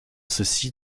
ceci